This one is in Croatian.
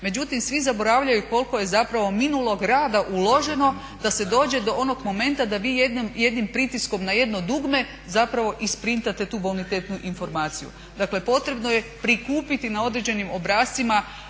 Međutim, svi zaboravljaju koliko je zapravo minulog rada uloženo da se dođe do onog momenta da vi jednim pritiskom na jedno dugme zapravo isprintate tu bonitetnu informaciju. Dakle, potrebno je prikupiti na određenim obrascima